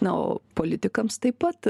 na o politikams taip pat